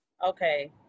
Okay